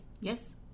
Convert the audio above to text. yes